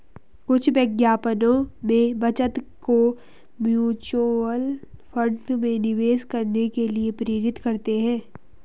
कुछ विज्ञापनों में बचत को म्यूचुअल फंड में निवेश करने के लिए प्रेरित करते हैं